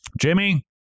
Jimmy